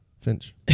Finch